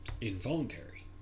Involuntary